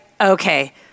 okay